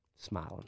smiling